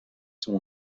sont